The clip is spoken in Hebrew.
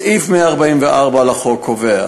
סעיף 144 לחוק קובע